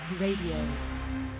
Radio